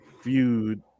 feud